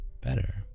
better